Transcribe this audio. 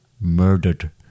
murdered